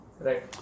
Right